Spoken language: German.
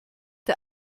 der